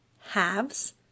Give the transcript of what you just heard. halves